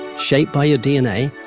shaped by your dna.